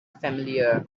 familiar